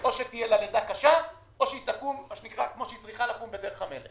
או שתהיה לה לידה קשה או שהיא תקום כפי שהיא צריכה לקום בדרך המלך